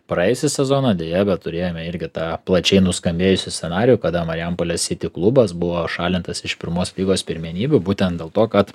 praėjusį sezoną deja bet turėjome irgi tą plačiai nuskambėjusį scenarijų kada marijampolės city klubas buvo pašalintas iš pirmos lygos pirmenybių būtent dėl to kad